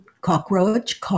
cockroach